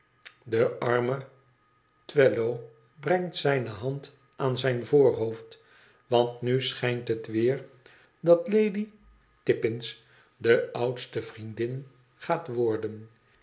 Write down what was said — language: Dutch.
de arme twemlow brengt zijne hand aan zijn voorhoofd want nu schijnt het weer dat lady tippins de oudste vriendin gaat worden